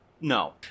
No